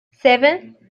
seven